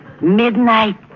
Midnight